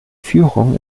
führung